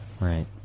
Right